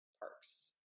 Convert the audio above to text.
parks